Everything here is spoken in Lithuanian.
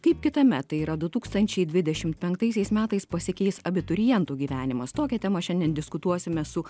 kaip kita met tai yra du tūkstančiai dvidešimt penktaisiais metais pasikeis abiturientų gyvenimas tokia tema šiandien diskutuosime su